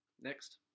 Next